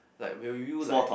like will you like